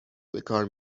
بکار